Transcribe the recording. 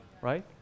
right